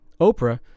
Oprah